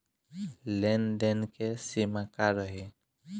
लेन देन के सिमा का रही?